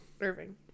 Irving